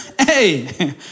Hey